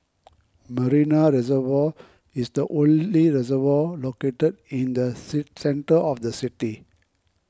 Marina Reservoir is the only reservoir located in the sit centre of the city